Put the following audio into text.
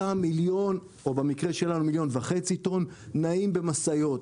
אותם 1.5 טון נעים במשאיות.